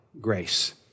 grace